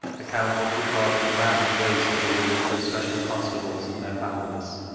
account-book recording amounts raised for the relief of special constables and their families.